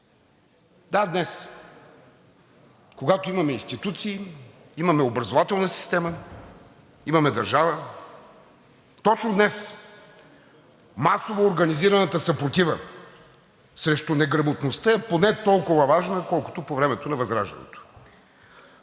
Да, днес, когато имаме институции, имаме образователна система, имаме държава. Точно днес масово организираната съпротива срещу неграмотността е поне толкова важна, колкото по времето на Възраждането.